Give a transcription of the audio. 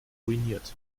ruiniert